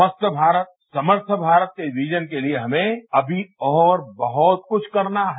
स्वस्थ भारत समर्थ भारत के विजन के लिए हमें अभी और वहत कछ करना है